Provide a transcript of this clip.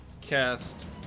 cast